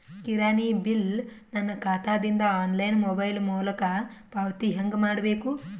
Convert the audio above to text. ಕಿರಾಣಿ ಬಿಲ್ ನನ್ನ ಖಾತಾ ದಿಂದ ಆನ್ಲೈನ್ ಮೊಬೈಲ್ ಮೊಲಕ ಪಾವತಿ ಹೆಂಗ್ ಮಾಡಬೇಕು?